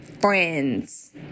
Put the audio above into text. friends